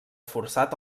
forçat